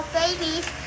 babies